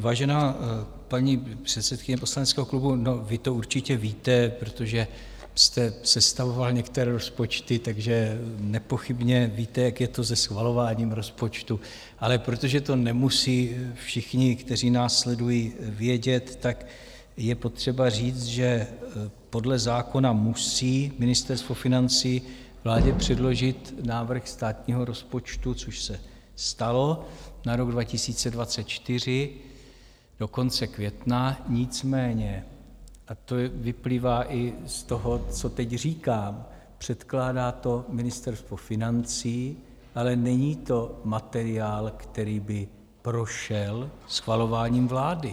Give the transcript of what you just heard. Vážená paní předsedkyně poslaneckého klubu, vy to určitě víte, protože jste sestavovala některé rozpočty, takže nepochybně víte, jak je to se schvalováním rozpočtů, ale protože to nemusí všichni, kteří nás sledují, vědět, tak je potřeba říct, že podle zákona musí Ministerstvo financí vládě předložit návrh státního rozpočtu, což se stalo, na rok 2024, do konce května, nicméně a to vyplývá i z toho, co teď říkám předkládá to Ministerstvo financí, ale není to materiál, který by prošel schvalováním vlády.